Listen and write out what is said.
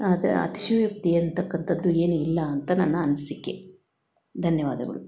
ಅದು ಅತಿಶಯೋಕ್ತಿ ಅಂತಕ್ಕಂತದ್ದು ಏನು ಇಲ್ಲ ಅಂತ ನನ್ನ ಅನಿಸಿಕೆ ಧನ್ಯವಾದಗಳು